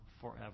forever